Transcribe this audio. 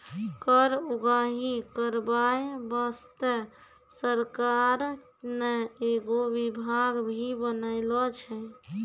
कर उगाही करबाय बासतें सरकार ने एगो बिभाग भी बनालो छै